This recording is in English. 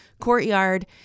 courtyard